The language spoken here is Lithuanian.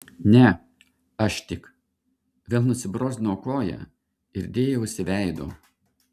ne aš tik vėl nusibrozdinau koją ir dėjausi veidu